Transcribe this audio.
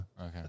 Okay